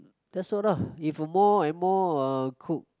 that's all ah if more and more uh cook